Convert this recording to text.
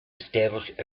establish